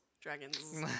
Dragons